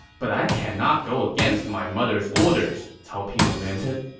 but i cannot go against my mother's orders, cao pi lamented